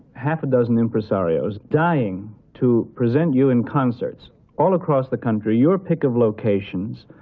half a dozen impresarios dying to present you in concerts all across the country, your pick of locations.